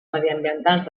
mediambientals